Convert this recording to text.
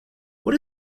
what